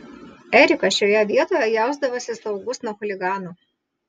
erikas šioje vietoje jausdavosi saugus nuo chuliganų